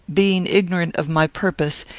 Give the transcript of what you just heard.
being ignorant of my purpose,